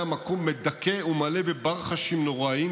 היה מקום מדכא ומלא בברחשים נוראיים,